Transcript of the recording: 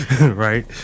right